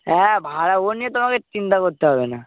হ্যাঁ ভাড়া ও নিয়ে তোমাকে চিন্তা করতে হবে না